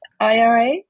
IRA